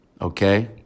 Okay